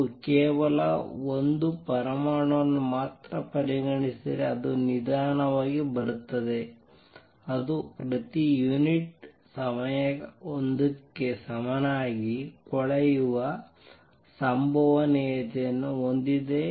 ನೀವು ಕೇವಲ 1 ಪರಮಾಣುವನ್ನು ಮಾತ್ರ ಪರಿಗಣಿಸಿದರೆ ಅದು ನಿಧಾನವಾಗಿ ಬರುತ್ತದೆ ಅದು ಪ್ರತಿ ಯುನಿಟ್ ಸಮಯ 1 ಕ್ಕೆ ಸಮನಾಗಿ ಕೊಳೆಯುವ ಸಂಭವನೀಯತೆಯನ್ನು ಹೊಂದಿದೆ